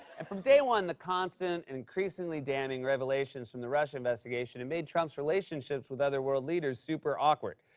and from day one, the constant and increasingly damning revelations from the russia investigation have and made trump's relationships with other world leaders super awkward.